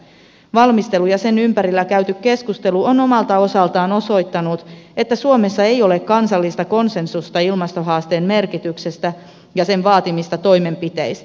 valmistelu ja sen ympärillä käyty keskustelu ovat omalta osaltaan osoittaneet että suomessa ei ole kansallista konsensusta ilmastohaasteen merkityksestä ja sen vaatimista toimenpiteistä